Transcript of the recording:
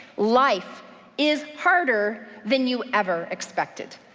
life is harder than you ever expected.